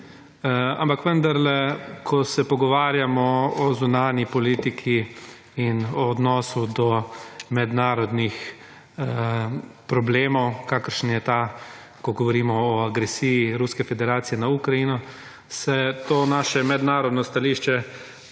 ampak vendarle, ko se pogovarjamo o zunanji politiki in o odnosu do mednarodnih problemov kakšen je ta, ko govorimo o agresiji Ruske federacije na Ukrajino, se to naše mednarodno stališče